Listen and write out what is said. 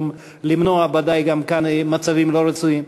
למנוע בוודאי גם כאן מצבים לא רצויים.